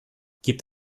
gibt